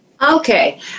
Okay